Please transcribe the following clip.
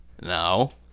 No